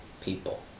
people